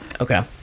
okay